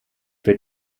wird